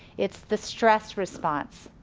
it's the stressed response.